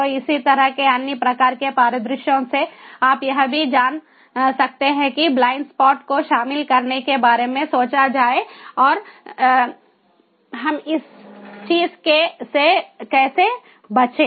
तो इसी तरह के अन्य प्रकार के परिदृश्यों से आप यह भी जान सकते हैं कि ब्लाइंड स्पॉट को शामिल करने के बारे में सोचा जाए और हम इस चीज़ से कैसे बचें